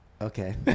Okay